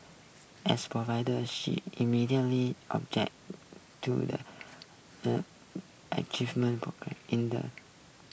as provide she immediately object to the a achievement in the